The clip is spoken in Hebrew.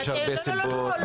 יש הרבה סיבות.